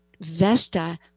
Vesta